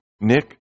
Nick